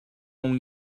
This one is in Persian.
اون